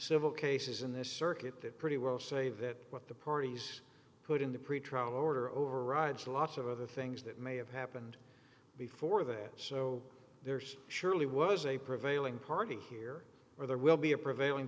civil cases in this circuit that pretty well say that what the parties put into pretrial order overrides a lot of other things that may have happened before that so there's surely was a prevailing party here or there will be a prevailing